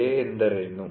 ಲೇ ಎಂದರೇನು